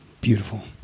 Beautiful